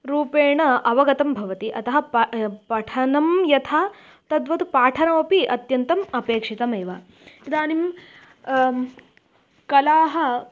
रूपेण अवगतं भवति अतः प पठनं यथा तद्वत् पाठनमपि अत्यन्तम् अपेक्षितमेव इदानीं कलाः